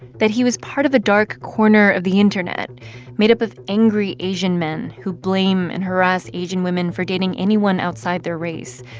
that he was part of a dark corner of the internet made up of angry asian men who blame and harass asian women for dating anyone outside their race,